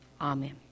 Amen